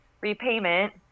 repayment